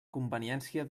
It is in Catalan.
conveniència